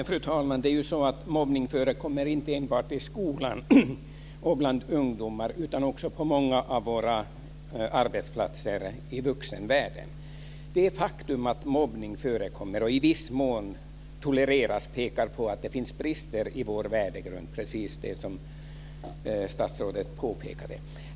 Fru talman! Mobbning förekommer ju inte enbart i skolan och bland ungdomar utan också på många av våra arbetsplatser i vuxenvärlden. Det faktum att mobbning förekommer och i viss mån tolereras visar att det finns brister i vår värdegrund, precis som statsrådet påpekade.